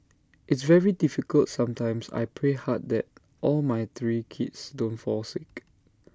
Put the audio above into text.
it's very difficult sometimes I pray hard that all my three kids don't fall sick